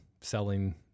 selling